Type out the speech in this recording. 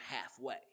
halfway